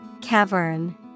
Cavern